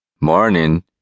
Morning